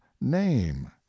name